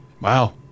Wow